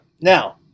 Now